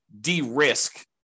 de-risk